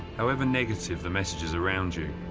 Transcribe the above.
however negative the messages around you,